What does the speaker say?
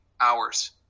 hours